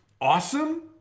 Awesome